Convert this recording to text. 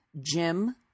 jim